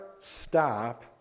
stop